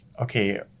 okay